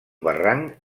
barranc